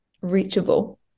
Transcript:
reachable